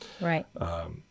Right